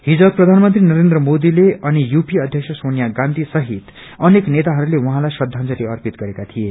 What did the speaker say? हिज प्रयानमंत्री नरेन्द्र मोदी अनि यूपीए अध्यक्ष सोनिया गांयी सहित अनेक नेताहरूले उझँलाई श्रदाजंली अर्पिंत गरेका थिए